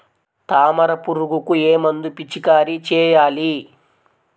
తామర పురుగుకు ఏ మందు పిచికారీ చేయాలి?